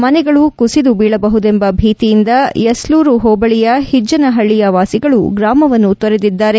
ಮನೆಗಳು ಕುಸಿದು ಬೀಳಬಹುದೆಂಬ ಭೀತಿಯಿಂದ ಯಸ್ಕೂರು ಹೊಬಳಿಯ ಹಿಜ್ಜನಪಳ್ಳಿಯ ವಾಸಿಗಳು ಗ್ರಾಮವನ್ನು ತೊರೆದಿದ್ದಾರೆ